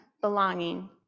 belonging